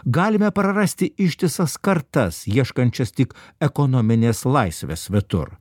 galime prarasti ištisas kartas ieškančias tik ekonomines laisves svetur